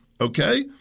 Okay